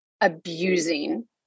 abusing